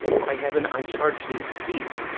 by heaven i charge thee, speak!